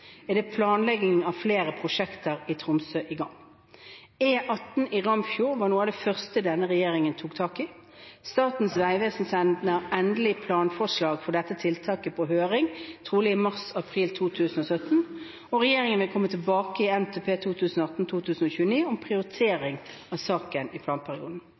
er planleggingen av flere prosjekter i Tromsø i gang. E8 i Ramfjord var noe av det første denne regjeringen tok tak i. Statens vegvesen sender endelig planforslag for dette tiltaket på høring trolig i mars–april 2017. Regjeringen vil komme tilbake i NTP 2018–2029 om prioritering av saken i planperioden.